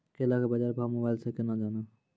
केला के बाजार भाव मोबाइल से के ना जान ब?